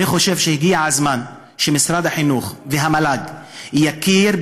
אני חושב שהגיע הזמן שמשרד החינוך והמל"ג יכירו